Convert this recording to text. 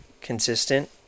consistent